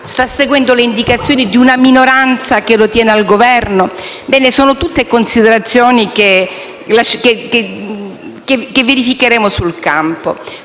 sta seguendo forse le indicazioni di una minoranza che lo tiene al Governo? Sono tutte considerazioni che verificheremo sul campo.